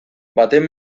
baten